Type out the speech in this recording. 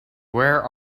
where